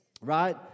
right